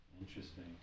Interesting